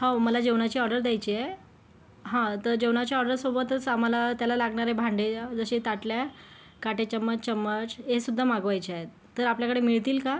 हो मला जेवणाची ऑर्डर द्यायची आहे हां तर जेवणाच्या ऑर्डरसोबतच आम्हाला त्याला लागणारे भांडे जसे ताटल्या काटे चम्मच चम्मच हेसुद्धा मागवायचे आहेत तर आपल्याकडे मिळतील का